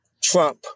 Trump